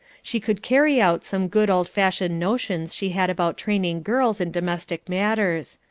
she could carry out some good old-fashioned notions she had about training girls in domestic matters.